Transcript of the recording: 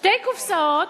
שתי קופסאות,